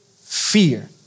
fear